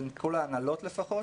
בין כל ההנהלות לפחות,